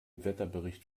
wetterbericht